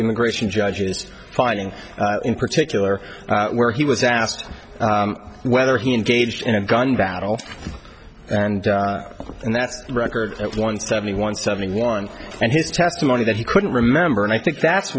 immigration judge is fighting in particular where he was asked whether he engaged in a gun battle and that's a record that one seventy one seventy one and his testimony that he couldn't remember and i think that's